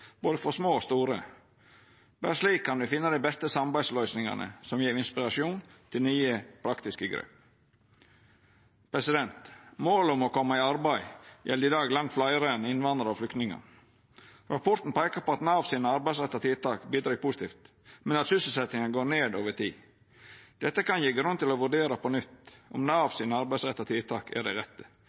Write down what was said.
Slik kan ein finna dei beste samarbeidsløysingane som gjev inspirasjon til nye og praktiske grep. Målet om å koma i arbeid gjeld i dag langt fleire innvandrarar og flyktningar. Rapporten peiker på at Nav sine arbeidsretta tiltak bidreg positivt, men at sysselsetjinga går ned over tid. Dette kan gje grunn til å vurdera på nytt om Nav sine arbeidsretta tiltak er dei rette.